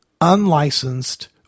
unlicensed